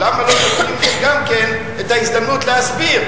למה לא נותנים לי גם כן את ההזדמנות להסביר?